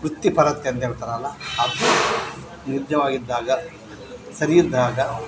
ವೃತ್ತಿಪರತೆ ಅಂತ ಹೇಳ್ತಾರಲ್ಲ ಅದು ನಿಜವಾಗಿದ್ದಾಗ ಸರಿಯಿದ್ದಾಗ